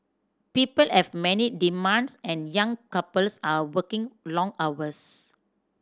people have many demands and young couples are working long hours